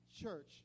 church